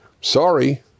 Sorry